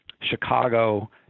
Chicago